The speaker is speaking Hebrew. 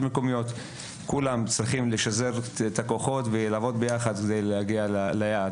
כולם צריכים לשלב את הכוחות ולעבוד ביחד כדי להגיע ליעד.